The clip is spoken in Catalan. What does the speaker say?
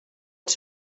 els